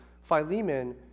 Philemon